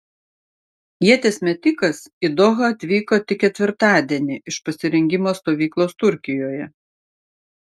ieties metikas į dohą atvyko tik ketvirtadienį iš pasirengimo stovyklos turkijoje